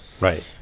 Right